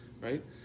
right